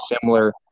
similar